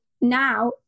now